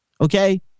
Okay